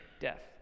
death